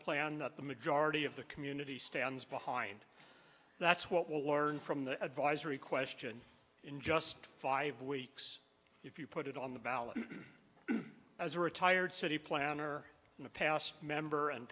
plan that the majority of the community stands behind that's what will learn from the advisory question in just five weeks if you put it on the ballot as a retired city planner